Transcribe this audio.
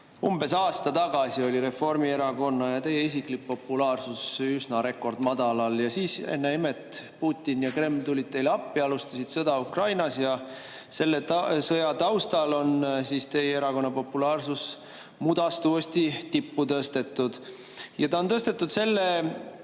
Umbes aasta tagasi oli Reformierakonna ja teie isiklik populaarsus rekordmadalal. Ja siis – ennäe imet! – Putin ja Kreml tulid teile appi, alustasid sõda Ukrainas. Selle sõja taustal on teie erakonna populaarsus mudast uuesti tippu tõstetud ja on tõstetud selle